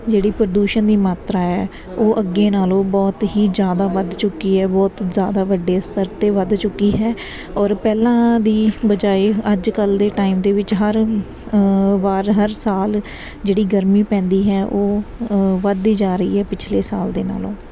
ਜਿਹੜੀ ਪ੍ਰਦੂਸ਼ਣ ਦੀ ਮਾਤਰਾ ਹੈ ਉਹ ਅੱਗੇ ਨਾਲੋਂ ਬਹੁਤ ਹੀ ਜ਼ਿਆਦਾ ਵਧ ਚੁੱਕੀ ਹੈ ਬਹੁਤ ਜ਼ਿਆਦਾ ਵੱਡੇ ਸਤਰ 'ਤੇ ਵਧ ਚੁੱਕੀ ਹੈ ਔਰ ਪਹਿਲਾਂ ਦੀ ਬਜਾਏ ਅੱਜ ਕੱਲ੍ਹ ਦੇ ਟਾਈਮ ਦੇ ਵਿੱਚ ਹਰ ਵਾਰ ਹਰ ਸਾਲ ਜਿਹੜੀ ਗਰਮੀ ਪੈਂਦੀ ਹੈ ਉਹ ਵੱਧਦੀ ਜਾ ਰਹੀ ਹੈ ਪਿਛਲੇ ਸਾਲ ਦੇ ਨਾਲੋਂ